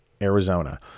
arizona